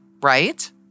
right